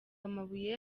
amabuye